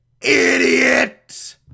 idiot